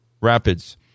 RAPIDS